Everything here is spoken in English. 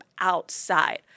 outside